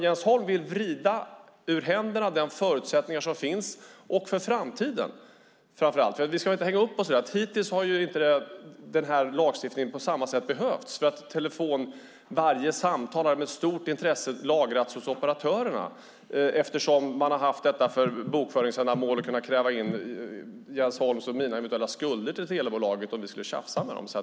Jens Holm vill vrida de förutsättningar som finns ur polisens händer för framtiden. Vi ska inte hänga upp oss på att lagstiftning hittills inte har behövts på samma sätt. Varje samtal har med stort intresse lagrats hos operatörerna för bokföringsändamål och för att kunna kräva in Jens Holms och mina skulder till telebolaget om vi skulle tjafsa med det.